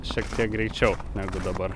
šiek tiek greičiau negu dabar